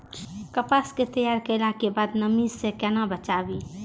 कपास के तैयार कैला कै बाद नमी से केना बचाबी?